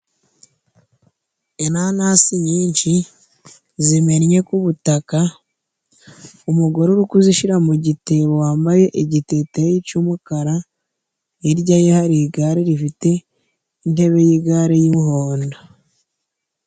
Inanasi nyinshi zimennye ku butaka, umugore uri kuzishira mu gitebo; wambaye igiteteyi cy'umukara, Hirya ye hari igare rifite intebe y'igare y'umuhondo.